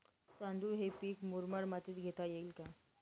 तांदूळ हे पीक मुरमाड मातीत घेता येईल का?